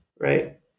right